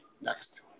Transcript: Next